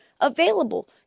available